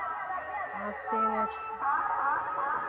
आब से नहि छै